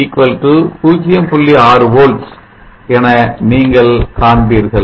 6 Volts என நீங்கள் காண்பீர்கள்